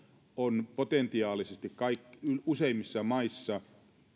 on potentiaalisesti useimmissa maissa